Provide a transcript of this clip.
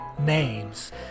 names